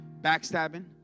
backstabbing